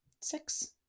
Six